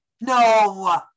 no